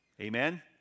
Amen